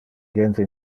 gente